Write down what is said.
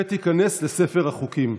ותיכנס לספר החוקים.